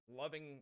loving